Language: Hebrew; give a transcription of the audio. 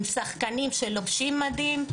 עם שחקנים שלובשים מדים,